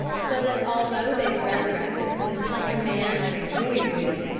so that although they run rapidly, like a man on a joy wheel,